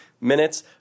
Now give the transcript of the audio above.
minutes